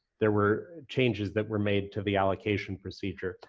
there were changes that were made to the allocation procedure.